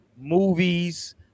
movies